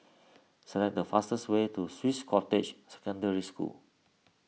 select the fastest way to Swiss Cottage Secondary School